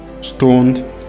stoned